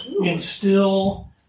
instill